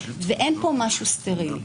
ואין פה משהו סטרילי.